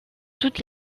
toute